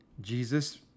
Jesus